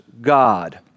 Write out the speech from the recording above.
God